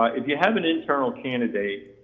ah if you have an internal candidate,